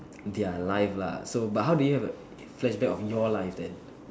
their life lah so but how do you have a flashback of your life then